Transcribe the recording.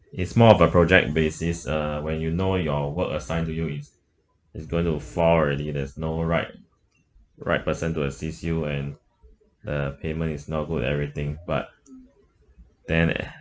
it's more of a project basis uh when you know your work assigned to you is is going to fall already there's no right right person to assist you and the payment is not good everything but then eh